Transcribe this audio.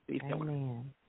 Amen